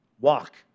Walk